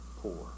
poor